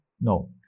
no